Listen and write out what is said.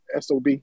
sob